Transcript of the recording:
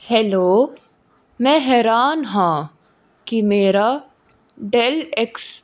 hello ਮੈਂ ਹੈਰਾਨ ਹਾਂ ਕਿ ਮੇਰਾ ਡੈੱਲ ਐਕਸ